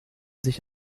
sich